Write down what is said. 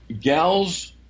gals